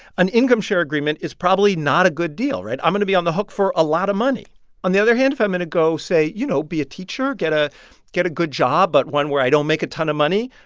an income-share agreement is probably not a good deal. right? i'm going to be on the hook for a lot of money. on the other hand, if i'm and going to go, say, you know, be a teacher get a get a good job but one where i don't make a ton of money,